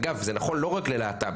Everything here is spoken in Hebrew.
אגב זה נכון לא רק ללהט"ב,